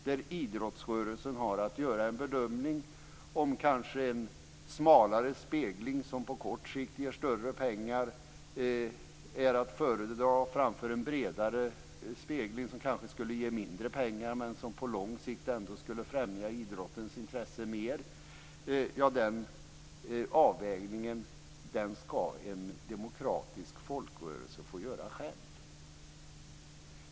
Där har idrottsrörelsen att göra en bedömning om en smalare spegling, som på kort sikt kanske ger större pengar, är att föredra framför en bredare spegling, som kanske skulle ge mindre pengar men som på lång sikt ändå skulle främja idrottens intresse mer. Den avvägningen skall en demokratisk folkrörelse få göra själv.